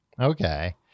Okay